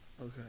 Okay